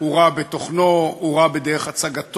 הוא רע בתוכנו, הוא רע בדרך הצגתו,